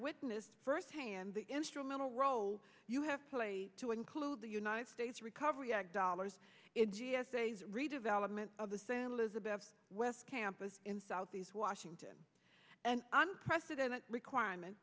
witnessed first hand the instrumental role you have played to include the united states recovery act dollars in g s a redevelopment of the same lizabeth west campus in southeast washington and unprecedented requirement